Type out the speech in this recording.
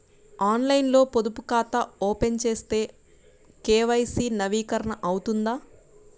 ఆన్లైన్లో పొదుపు ఖాతా ఓపెన్ చేస్తే కే.వై.సి నవీకరణ అవుతుందా?